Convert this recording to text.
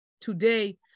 today